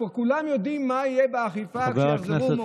כולם יודעים מה יהיה באכיפה כשיחזרו מאומן.